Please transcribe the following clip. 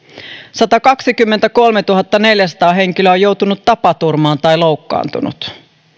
satakaksikymmentäkolmetuhattaneljäsataa henkilöä on joutunut tapaturmaan tai loukkaantunut